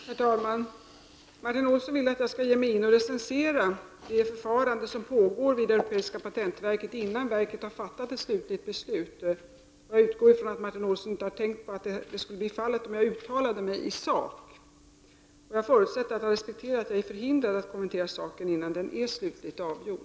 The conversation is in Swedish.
Herr talman! Martin Olsson vill att jag skall ge mig in och recensera det förfarande som pågår vid europeiska patentverket, innan verket har fattat ett slutligt beslut. Jag utgår från att Martin Olsson inte har tänkt på att det skulle bli fallet om jag uttalade mig i sak. Jag förutsätter att Martin Olsson respekterar att jag är förhindrad att kommentera saken innan den är slutligt avgjord.